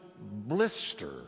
blister